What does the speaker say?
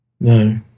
No